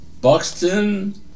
Buxton